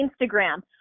Instagram